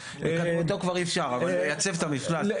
לקדמותו כבר אי אפשר, אבל לייצב את המפלס.